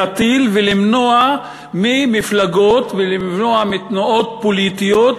להטיל ולמנוע ממפלגות ולמנוע מתנועות פוליטיות,